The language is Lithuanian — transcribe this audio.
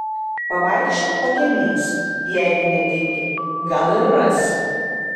pavaikščiok pakiemiais jeigu netingi gal ir rasi